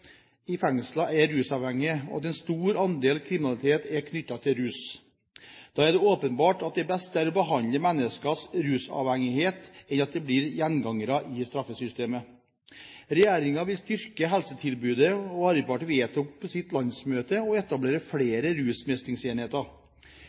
i fengslene er rusavhengige, og at en stor andel kriminalitet er knyttet til rus. Da er det åpenbart at det beste er å behandle menneskers rusavhengighet enn at de blir gjengangere i straffesystemet. Regjeringen vil styrke helsetilbudet, og Arbeiderpartiet vedtok på sitt landsmøte å etablere